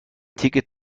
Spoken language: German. ticket